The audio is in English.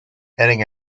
adding